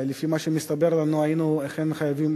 לפי מה שמסתבר לנו היינו אכן חייבים